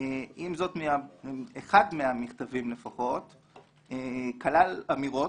עם זאת, אחד מהמכתבים לפחות כלל אמירות,